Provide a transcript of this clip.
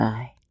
Bye